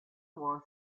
was